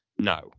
no